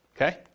okay